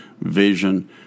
vision